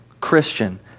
Christian